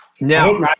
Now